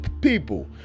people